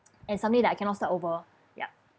and something that I cannot start over yup